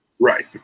right